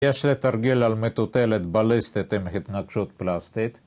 יש לתרגל על מטוטלת בליסטית עם התנגשות פלסטית.